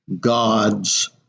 God's